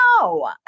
No